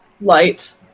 light